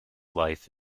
life